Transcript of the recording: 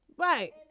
Right